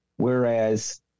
Whereas